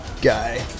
guy